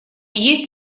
есть